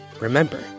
Remember